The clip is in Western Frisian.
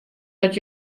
dat